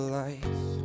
life